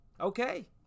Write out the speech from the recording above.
Okay